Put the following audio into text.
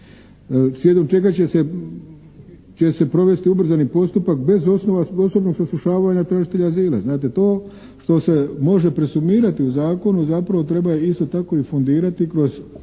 slijedom čega će se provesti ubrzani postupak bez osnova posebnog saslušavanja tražitelja azila. Znate to što se može presumirati u zakon, zapravo treba isto tako i fundirati kroz opredmećenje